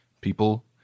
people